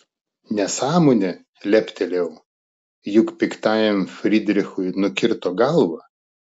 nesąmonė leptelėjau juk piktajam frydrichui nukirto galvą